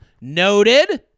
noted